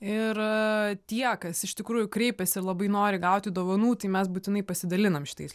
ir tie kas iš tikrųjų kreipiasi labai nori gauti dovanų tai mes būtinai pasidaliname šitais